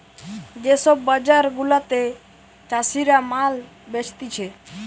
যে সব বাজার গুলাতে চাষীরা মাল বেচতিছে